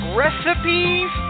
recipes